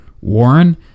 Warren